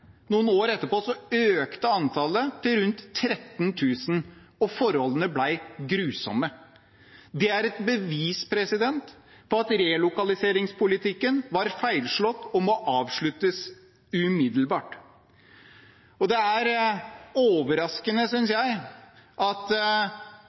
Noen år etterpå økte antallet til rundt 13 000, og forholdene ble grusomme. Det er et bevis på at relokaliseringspolitikken er feilslått og må avsluttes umiddelbart. Det er overraskende,